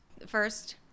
First